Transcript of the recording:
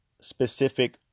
specific